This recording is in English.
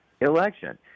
election